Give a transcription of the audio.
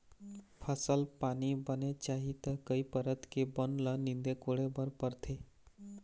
फसल पानी बने चाही त कई परत के बन ल नींदे कोड़े बर परथे